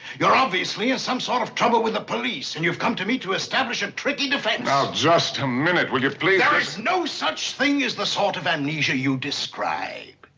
you're obviously in some sort of trouble with the police, and you've come to me to establish a tricky defense! now, just a minute. will you please. there is no such thing as the sort of amnesia you describe.